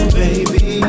baby